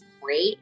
great